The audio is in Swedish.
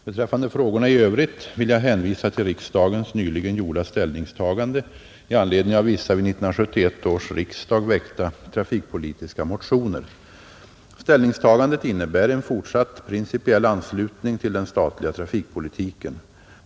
Beträffande frågorna i övrigt vill jag hänvisa till riksdagens nyligen gjorda ställningstagande i anledning av vissa vid 1971 års riksdag väckta trafikpolitiska motioner. Ställningstagandet innebär en fortsatt principiell anslutning till den statliga trafikpolitiken.